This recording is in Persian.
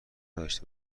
نداشته